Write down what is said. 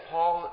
Paul